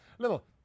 Little